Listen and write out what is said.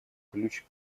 ключ